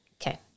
Okay